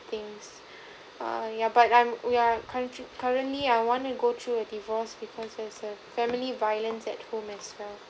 things err yeah but I'm yeah current~ currently I wanna go through a divorce because it's a family violence at home as well